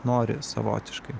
nori savotiškai